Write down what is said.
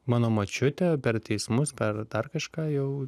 mano močiutė per teismus per dar kažką jau